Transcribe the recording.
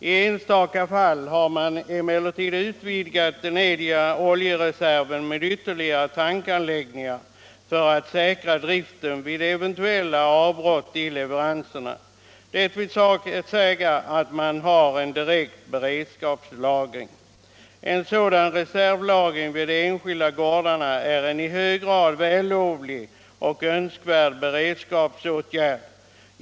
I enstaka fall har man emellertid utvidgat den egna oljereserven med ytterligare tankanläggningar för att säkra driften vid eventuella avbrott i leveranserna, dvs. man har en direkt beredskapslagring. En sådan reservlagring vid de enskilda gårdarna är en i hög grad vällovlig och önskvärd beredskapsåtgärd.